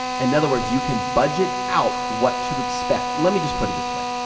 in other words, you can budget out what to expect. let me just put it this way,